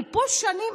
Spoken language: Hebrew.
אני פה שנים,